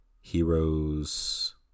Heroes